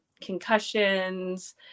concussions